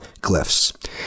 glyphs